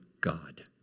God